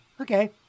okay